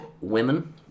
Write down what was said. Women